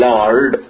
Lord